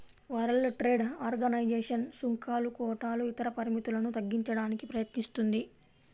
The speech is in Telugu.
వరల్డ్ ట్రేడ్ ఆర్గనైజేషన్ సుంకాలు, కోటాలు ఇతర పరిమితులను తగ్గించడానికి ప్రయత్నిస్తుంది